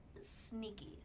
sneaky